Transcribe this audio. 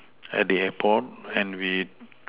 at the airport and we